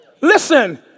Listen